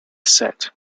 said